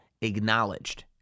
acknowledged